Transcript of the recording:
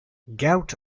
gout